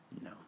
No